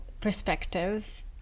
perspective